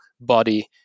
body